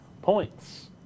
Points